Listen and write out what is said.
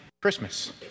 Christmas